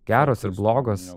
geros ir blogos